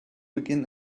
begin